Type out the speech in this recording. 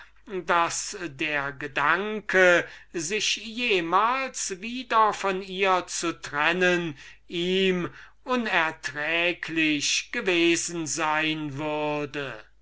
daß der gedanke sich jemals wieder von ihr zu trennen ihm unerträglich gewesen sein würde